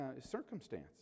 circumstance